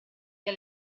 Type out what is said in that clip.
via